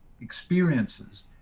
experiences